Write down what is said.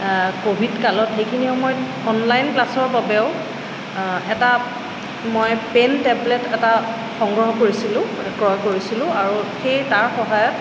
Covid কালত সেইখিনি সময়ত অনলাইন ক্লাছৰ বাবেও এটা মই পেন টেবলেট এটা সংগ্ৰহ কৰিছিলোঁ ক্ৰয় কৰিছিলোঁ আৰু সেই তাৰ সহায়ত